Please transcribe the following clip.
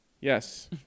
Yes